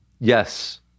Yes